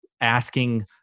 asking